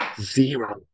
Zero